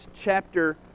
chapter